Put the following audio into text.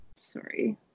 sorry